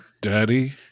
Daddy